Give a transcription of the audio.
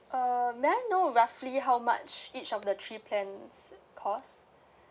uh may I know roughly how much each of the three plans cost